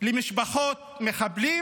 למשפחות מחבלים.